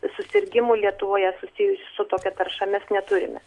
susirgimų lietuvoje susijusių su tokia tarša mes neturime